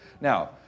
Now